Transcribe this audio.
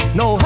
no